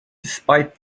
despite